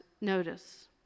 notice